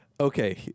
Okay